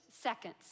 seconds